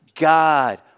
God